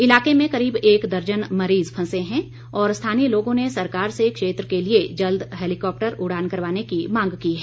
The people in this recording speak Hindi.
इलाके में करीब एक दर्जन मरीज़ फंसे हैं और स्थानीय लोगों ने सरकार से क्षेत्र के लिए जल्द हैलीकॉप्टर उड़ान करवाने की मांग की है